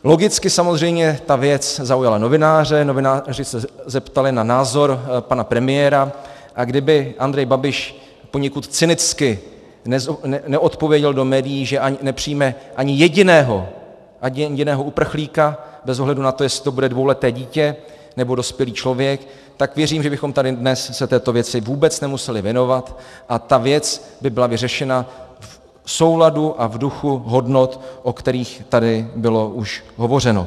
Logicky samozřejmě ta věc zaujala novináře, novináři se zeptali na názor pana premiéra, a kdyby Andrej Babiš poněkud cynicky neodpověděl do médií, že nepřijme ani jediného, ani jediného uprchlíka, bez ohledu na to, jestli to bude dvouleté dítě, nebo dospělý člověk, tak věřím, že bychom tady dnes se této věci vůbec nemuseli věnovat a ta věc by byla vyřešena v souladu a v duchu hodnot, o kterých tady bylo už hovořeno.